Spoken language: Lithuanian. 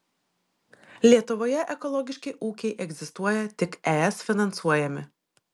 lietuvoje ekologiški ūkiai egzistuoja tik es finansuojami